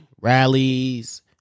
Rallies